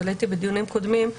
אבל הייתי בדיונים קודמים.